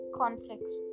conflicts